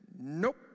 nope